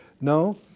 No